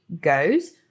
goes